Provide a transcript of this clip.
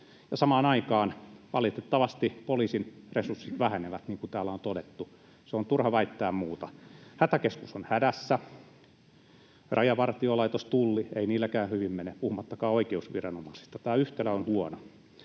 samaan aikaan valitettavasti poliisin resurssit vähenevät, niin kuin täällä on todettu. On turha väittää muuta. Hätäkeskus on hädässä. Rajavartiolaitos, Tulli: ei niilläkään hyvin mene puhumattakaan oikeusviranomaisista. Tämä yhtälö on huono.